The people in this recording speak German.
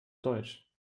deutsch